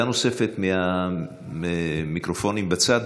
עמדה נוספת מהמיקרופונים בצד,